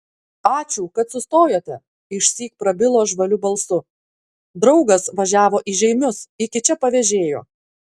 ačiū kad sustojote išsyk prabilo žvaliu balsu draugas važiavo į žeimius iki čia pavėžėjo